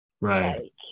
Right